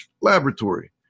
Laboratory